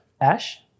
Ash